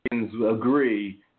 agree